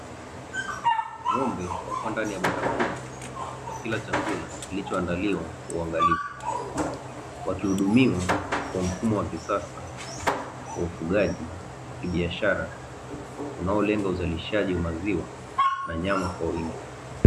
Ng'ombe wapo ndani ya banda kubwa wakila chakula kilichoandaliwa kwa uangalifu, wakihudumiwa kwa mfumo wa kisasa wa ufugaji wa kibiashara, unaolenga uzalishaji wa maziwa na nyama kwa wingi.